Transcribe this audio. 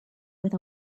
with